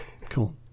cool